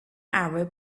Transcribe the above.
arab